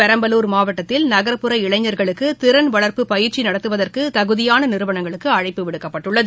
பெரம்பலூர் மாவட்டத்தில் நகர்புற இளைஞர்களுக்குதிறன்வளர்ப்பு பயிற்சிநடத்துவதற்குதகுதியானநிறுவனங்களுக்குஅழைப்பு விடுக்கப்பட்டுள்ளது